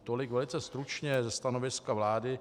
Tolik velice stručně ze stanoviska vlády.